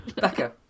Becca